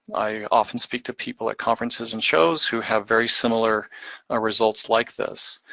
i often speak to people at conferences and shows who have very similar ah results like this.